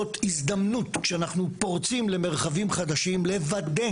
זאת הזדמנות כשאנחנו פורצים למרחבים חדשים לוודא